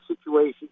situation